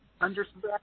understand